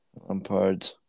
Lampard